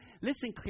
Listen